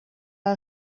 del